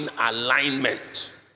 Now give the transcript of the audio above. alignment